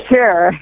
Sure